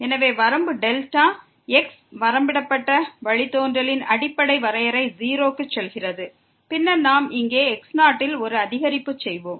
எனவே வரம்பு delta x வரம்பிடப்பட்ட வழித்தோன்றலின் அடிப்படை வரையறை 0 க்கு செல்கிறது பின்னர் நாம் இங்கே x0 ல் ஒரு அதிகரிப்பு செய்வோம்